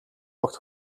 огт